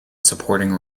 supporting